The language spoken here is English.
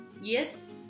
Yes